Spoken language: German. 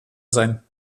sein